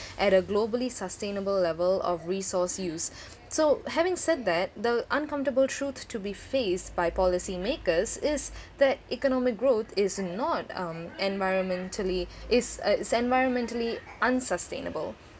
at a globally sustainable level of resource use so having said that the uncomfortable truth to be faced by policymakers is that economic growth is not um environmentally is uh is environmentally unsustainable